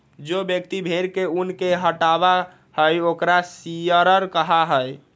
जो व्यक्ति भेड़ के ऊन के हटावा हई ओकरा शियरर कहा हई